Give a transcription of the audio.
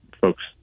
folks